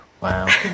Wow